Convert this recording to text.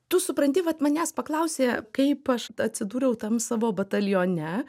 tu supranti vat manęs paklausė kaip aš atsidūriau tam savo batalione